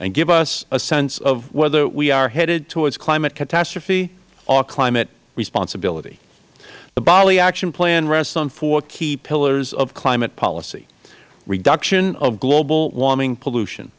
and give us a sense of whether we are headed toward climate catastrophe or climate responsibility the bali action plan rests on four key pillars of climate policy reduction of global warming pollution